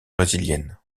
brésilienne